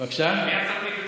אל תביך,